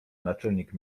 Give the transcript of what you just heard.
naczelnik